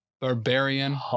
barbarian